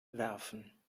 werfen